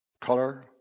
color